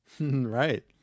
Right